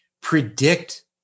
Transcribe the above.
predict